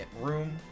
room